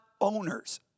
owners